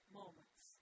moments